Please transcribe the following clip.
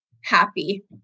happy